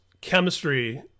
chemistry